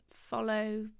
follow